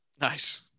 Nice